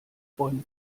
bäume